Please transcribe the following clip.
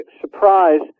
surprise